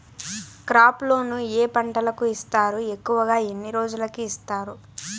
crop loan ఏ పంటలకు ఇస్తారు ఎక్కువగా ఎన్ని రోజులకి ఇస్తారు